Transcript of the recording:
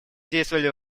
действовали